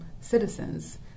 citizens